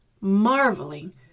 marveling